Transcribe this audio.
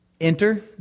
Enter